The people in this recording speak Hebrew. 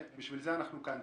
בשביל זה אנחנו כאן.